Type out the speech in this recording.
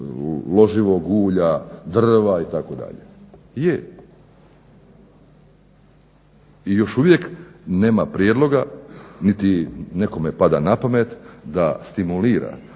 loživog ulja, drva itd. Je, i još uvijek nema prijedloga niti nekome pada na pamet da stimulira,